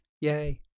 yay